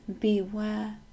beware